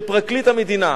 של פרקליט המדינה.